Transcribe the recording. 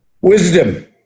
Wisdom